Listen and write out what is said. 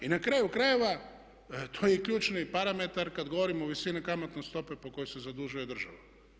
Na kraju krajeva to je i ključni parametar kad govorimo o visini kamatne stope po kojoj se zadužuje država.